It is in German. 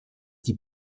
die